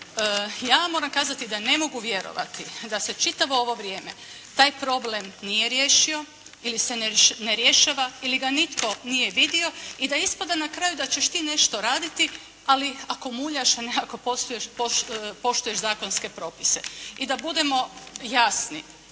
Ja moram kazati da ne mogu vjerovati da se čitavo ovo vrijeme taj problem nije riješio ili se ne rješava ili ga nitko nije vidio i da ispada na kraju da ćeš ti nešto raditi, ali ako muljaš, a ne ako posluješ, poštuješ zakonske propise. I da budemo jasni,